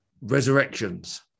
Resurrections